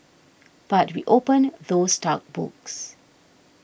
but we opened those dark books